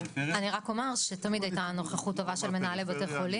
אני רק אומר שתמיד הייתה נוכחות טובה של מנהלי בתי חולים,